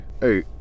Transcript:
Hey